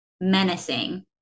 menacing